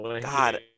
God